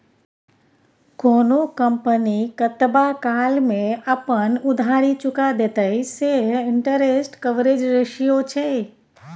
कोनो कंपनी कतबा काल मे अपन उधारी चुका देतेय सैह इंटरेस्ट कवरेज रेशियो छै